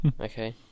okay